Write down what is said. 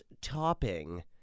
Topping